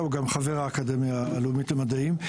והוא גם חבר האקדמיה הלאומית למדעים.